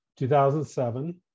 2007